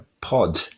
pod